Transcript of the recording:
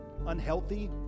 Unhealthy